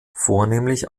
vornehmlich